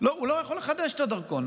הוא לא יכול לחדש את הדרכון.